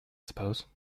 suppose